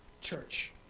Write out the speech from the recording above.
church